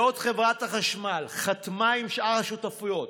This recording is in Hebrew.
בעוד חברת החשמל חתמה עם שאר השותפויות,